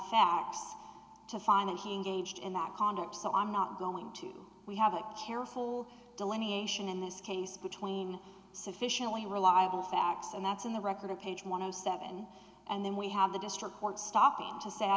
facts to find that he engaged in that conduct so i'm not going to we have a careful delineation in this case between sufficiently reliable facts and that's in the record of page one of seven and then we have the district court stopping to say i